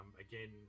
Again